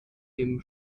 dem